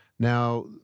Now